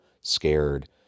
scared